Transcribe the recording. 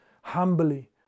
humbly